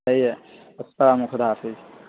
صحیح ہے رکھتا ہوں میں خدا حافظ